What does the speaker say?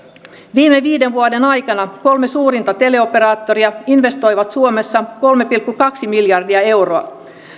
viime vuoden aikana kolme suurinta teleoperaattoria investoivat suomessa kolme pilkku kaksi miljardia euroa